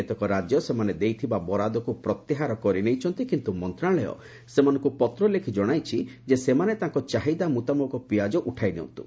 କେତେକ ରାଜ୍ୟ ସେମାନେ ଦେଇଥିବା ବରାଦକୁ ପ୍ରତ୍ୟାହାର କରିନେଇଛନ୍ତି କିନ୍ତୁ ମନ୍ତ୍ରଣାଳୟ ସେମାନଙ୍କୁ ପତ୍ର ଲେଖି ଜଣାଇଛି ଯେ ସେମାନେ ତାଙ୍କ ଚାହିଦା ମୁତାବକ ପିଆଜ ଉଠାଇ ନିଅନ୍ତୁ